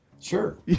Sure